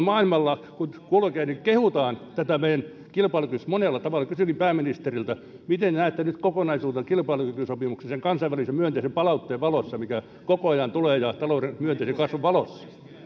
maailmalla kun kulkee niin kehutaan tätä meidän kilpailukykysopimusta monella tavalla kysynkin pääministeriltä miten näette nyt kokonaisuutena kilpailukykysopimuksen sen kansainvälisen myönteisen palautteen valossa mitä koko ajan tulee ja talouden myönteisen kasvun valossa